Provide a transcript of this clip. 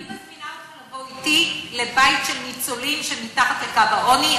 אני מזמינה אותך לבוא אתי לבית של ניצולים שהם מתחת לקו העוני,